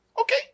Okay